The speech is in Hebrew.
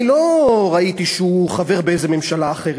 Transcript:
אני לא ראיתי שהוא חבר באיזה ממשלה אחרת.